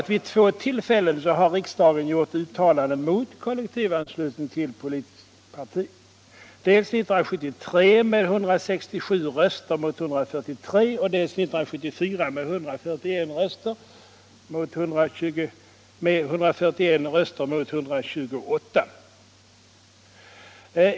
Vid två tillfällen har riksdagen gjort uttalanden mot kollektivanslutning till politiskt parti, dels 1973 med 167 röster mot 143, dels 1974 med 141 röster mot 128.